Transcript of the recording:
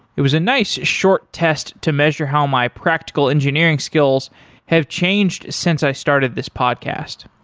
it was a nice short test to measure how my practical engineering skills have changed since i started this podcast.